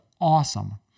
awesome